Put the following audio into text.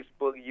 Facebook